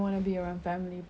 is what we need at this age